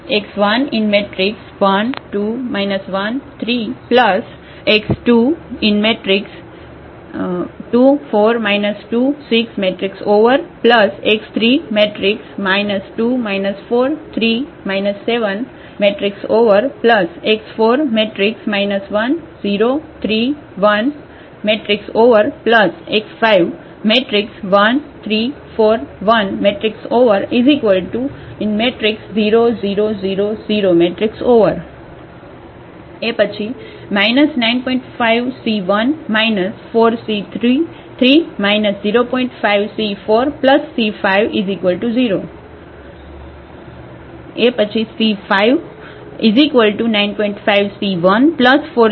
5C14C30